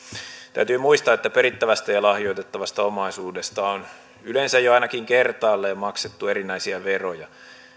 täytyy muistaa että perittävästä ja lahjoitettavasta omaisuudesta on yleensä jo ainakin kertaalleen maksettu erinäisiä veroja